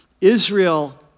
Israel